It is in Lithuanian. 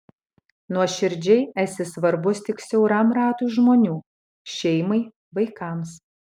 nuoširdžiai esi svarbus tik siauram ratui žmonių šeimai vaikams